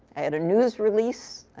i had a news release,